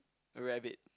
rabbit